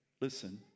listen